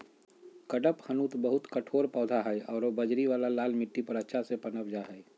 कडपहनुत बहुत कठोर पौधा हइ आरो बजरी वाला लाल मिट्टी पर अच्छा से पनप जा हइ